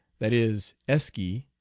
that is, eski,